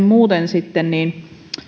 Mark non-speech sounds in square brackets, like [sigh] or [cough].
[unintelligible] muuten